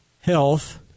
health